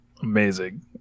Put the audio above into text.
Amazing